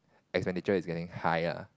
expenditure is getting high ah